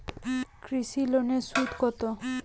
কৃষি লোনের সুদ কত?